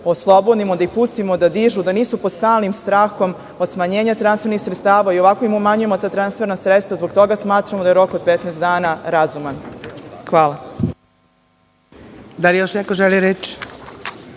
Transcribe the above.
oslobodimo i da ih pustimo da dišu, da nisu pod stalnim strahom od smanjenja transfernih sredstava, i onako im umanjujemo ta transferna sredstva. Zbog toga smatramo da je rok od 15 dana razuman. Hvala. **Gordana Čomić** Da li još neko želi reč?